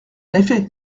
effet